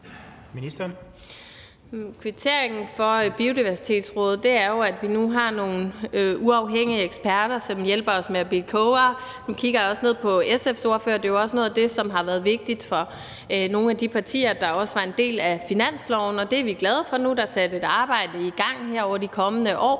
Kvitteringen fra Biodiversitetsrådet er jo, at vi nu har nogle uafhængige eksperter, som hjælper os med at blive klogere. Nu kigger jeg også ned på SF's ordfører, for noget af det her har jo også været vigtigt for nogle af de partier, der også var en del af finansloven, og det er vi glade for. Nu er der sat et arbejde i gang her over de kommende år,